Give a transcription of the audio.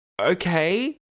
okay